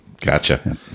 Gotcha